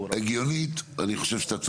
הגיונית אני חושב שאתה צודק.